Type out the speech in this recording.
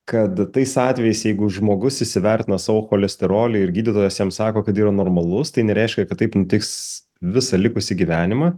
kad tais atvejais jeigu žmogus įsivertina savo cholesterolį ir gydytojas jam sako kad yra normalus tai nereiškia kad taip nutiks visą likusį gyvenimą